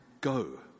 go